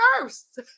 first